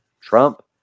Trump